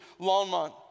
Longmont